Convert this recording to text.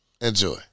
Enjoy